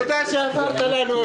תשאל אותי, אני אענה לך.